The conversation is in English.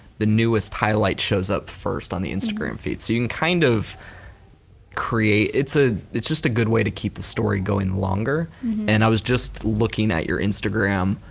the newest highlights shows up first on the instagram feed. so you can kind of create, it's ah it's just a good way to keep the story going longer and i was just looking at your instagram,